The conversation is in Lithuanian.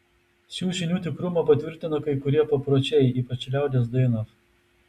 šių žinių tikrumą patvirtina kai kurie papročiai ypač liaudies dainos